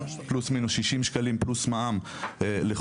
פלוס מינוס 60 שקלים פלוס מע"מ לחודש,